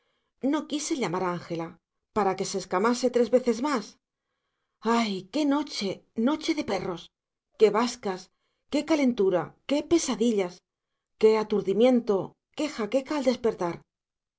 no quise llamar a ángela para que se escamase tres veces más ay qué noche noche de perros qué bascas qué calentura qué pesadillas qué aturdimiento qué jaqueca al despertar